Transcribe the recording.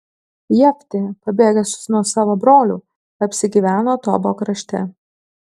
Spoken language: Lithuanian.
jeftė pabėgęs nuo savo brolių apsigyveno tobo krašte